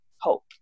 hope